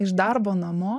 iš darbo namo